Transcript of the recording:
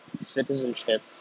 citizenship